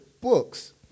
books